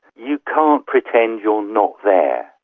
you can't pretend you're not there,